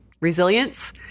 resilience